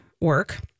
work